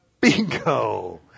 Bingo